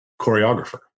choreographer